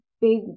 big